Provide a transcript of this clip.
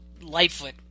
Lightfoot